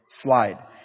slide